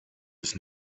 was